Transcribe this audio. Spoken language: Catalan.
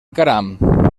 caram